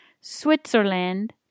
Switzerland